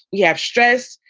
you have stress.